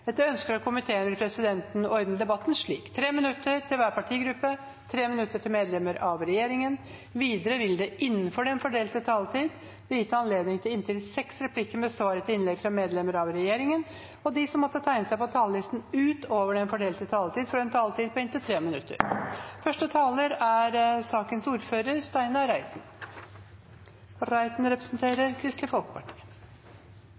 Etter ønske fra næringskomiteen vil presidenten ordne debatten slik: 3 minutter til hver partigruppe og 3 minutter til medlemmer av regjeringen. Videre vil det innenfor den fordelte taletid bli gitt anledning til inntil seks replikker med svar etter innlegg fra medlemmer av regjeringen, og de som måtte tegne seg på talerlisten utover den fordelte taletid, får også en taletid på inntil 3 minutter. Behandlingen av representantforslag 8:66 S fra Senterpartiet i næringskomiteen viser at det fremdeles er et bunnsolid og